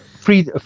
free